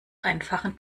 einfachen